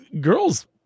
girls